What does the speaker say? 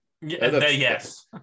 Yes